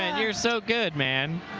and you're so good, man.